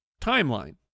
timeline